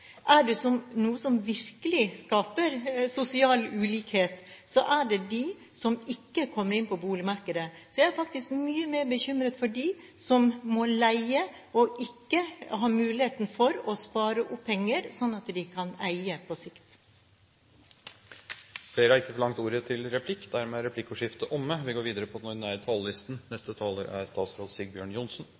Er det noe som virkelig skaper sosial ulikhet, er det det at noen ikke kommer inn i boligmarkedet. Jeg er faktisk mye mer bekymret for dem som må leie og ikke har muligheten for å spare opp penger, slik at de på sikt kan eie. Replikkordskiftet er omme. Dette er en viktig debatt, ikke først og fremst fordi den handler om boligsparing med skattefradrag, men fordi det er en debatt som handler om boligpolitikk, og som er